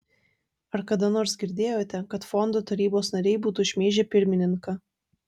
ar kada nors girdėjote kad fondo tarybos nariai būtų šmeižę pirmininką